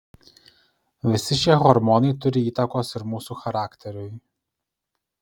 visi šie hormonai turi įtakos ir mūsų charakteriui